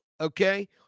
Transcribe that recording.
Okay